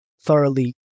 thoroughly